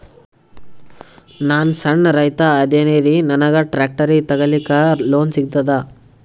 ನಾನ್ ಸಣ್ ರೈತ ಅದೇನೀರಿ ನನಗ ಟ್ಟ್ರ್ಯಾಕ್ಟರಿ ತಗಲಿಕ ಲೋನ್ ಸಿಗತದ?